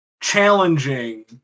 challenging